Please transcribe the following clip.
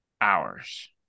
hours